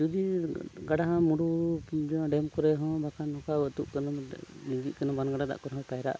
ᱡᱩᱫᱤ ᱜᱟᱰᱟ ᱢᱩᱰᱩ ᱠᱤᱝᱡᱟ ᱰᱮᱢ ᱠᱚᱨᱮ ᱦᱚᱸ ᱵᱟᱠᱷᱟᱱ ᱱᱚᱠᱟ ᱟᱹᱛᱩᱜ ᱠᱟᱱᱮᱢ ᱞᱤᱸᱜᱤᱜ ᱠᱟᱱᱟ ᱵᱟᱱ ᱜᱟᱰᱟ ᱫᱟᱜ ᱠᱚᱨᱮᱦᱚᱸ ᱯᱟᱭᱨᱟᱜ